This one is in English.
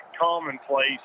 commonplace